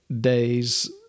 days